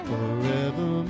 Forever